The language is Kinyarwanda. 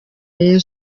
rayon